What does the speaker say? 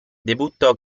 debuttò